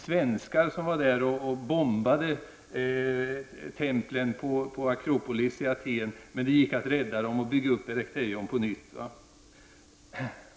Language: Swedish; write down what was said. svenskar var där och bombade templen på Akropolis i Aten, men det gick att rädda dem och bygga Erechtheion på nytt!